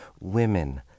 Women